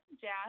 jazz